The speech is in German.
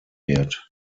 wird